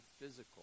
physical